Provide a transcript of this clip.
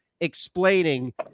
explaining